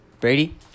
Brady